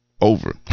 over